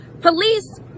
police